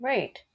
Right